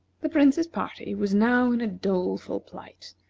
the prince's party was now in a doleful plight.